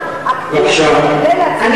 הממשלה והכנסת כדי להציל את החלשים, זאת השאלה.